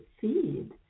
feed